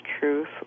truth